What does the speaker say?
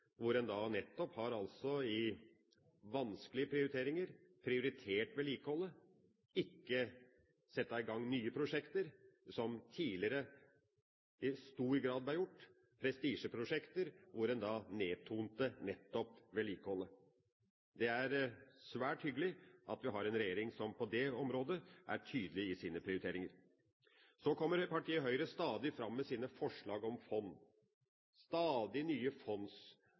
hvor en nettopp i vanskelige prioriteringer har prioritert vedlikeholdet og ikke satt i gang nye prosjekter, slik som det tidligere i stor grad ble gjort, prestisjeprosjekter, hvor en nedtonte nettopp vedlikeholdet. Det er svært hyggelig at vi har en regjering som på det området er tydelig i sine prioriteringer. Så kommer partiet Høyre stadig fram med sine forslag om fond, stadig nye